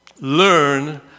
learn